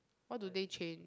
what do they change